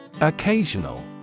Occasional